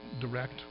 direct